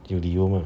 有理由吗